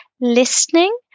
listening